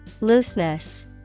Looseness